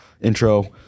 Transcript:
intro